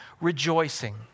rejoicing